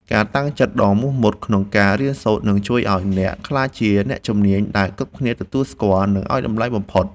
ការតាំងចិត្តដ៏មោះមុតក្នុងការរៀនសូត្រនឹងជួយឱ្យអ្នកក្លាយជាអ្នកជំនាញដែលគ្រប់គ្នាទទួលស្គាល់ និងឱ្យតម្លៃបំផុត។